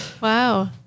Wow